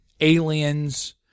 aliens